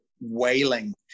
wailing